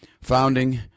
founding